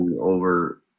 over